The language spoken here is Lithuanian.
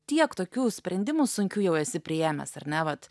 tiek tokių sprendimų sunkių jau esi priėmęs ar ne vat